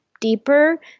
deeper